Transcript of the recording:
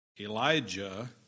Elijah